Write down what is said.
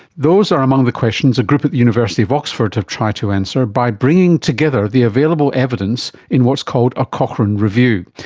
those are among the questions a group at the university of oxford have tried to answer by bringing together the available evidence in what's called a cochrane review.